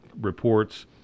reports